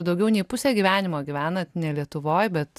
daugiau nei pusę gyvenimo gyvenat ne lietuvoj bet